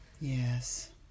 Yes